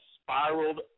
spiraled